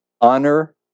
honor